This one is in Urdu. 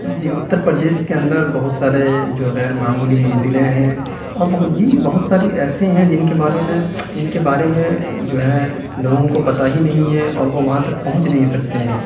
جی اتر پردیش کے اندر بہت سارے جو غیر معمولی منزلیں ہیں اور بہت جی بہت ساری ایسے ہیں جن کے بارے میں جن کے بارے میں جو ہے لوگوں کو پتا ہی نہیں ہے اور وہ وہاں تک پہنچ نہیں سکتے ہیں